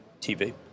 TV